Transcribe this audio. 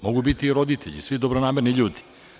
Mogu biti i roditelji i svi dobronamerni ljudi.